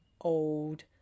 old